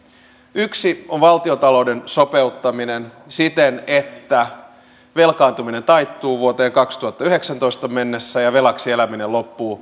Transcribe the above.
yksi on valtiontalouden sopeuttaminen siten että velkaantuminen taittuu vuoteen kaksituhattayhdeksäntoista mennessä ja velaksi eläminen loppuu